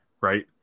right